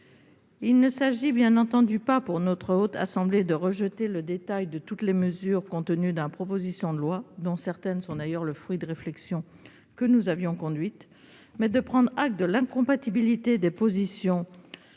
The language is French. il ne s'agit pas pour la Haute Assemblée de rejeter le détail de toutes les mesures contenues dans la proposition de loi- certaines d'entre elles sont d'ailleurs le fruit de réflexions que nous avons conduites -, mais de prendre acte de l'incompatibilité des positions